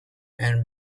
and